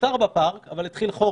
מותר בפארק, אבל התחיל חורף,